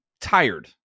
tired